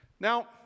Now